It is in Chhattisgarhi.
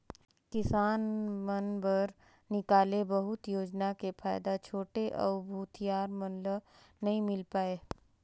किसान मन बर निकाले बहुत योजना के फायदा छोटे अउ भूथियार मन ल नइ मिल पाये